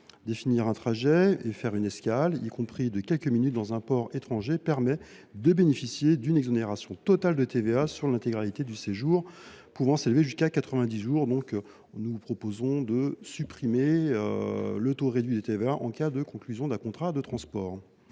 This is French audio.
Définir un trajet et faire une escale, y compris de quelques minutes, dans un port étranger permet de bénéficier d’une exonération totale de TVA sur l’intégralité d’un séjour pouvant durer jusqu’à quatre vingt dix jours. C’est pourquoi nous proposons de supprimer le taux réduit de TVA en cas de conclusion d’un contrat de transport.